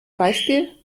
beispiel